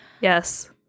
Yes